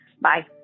bye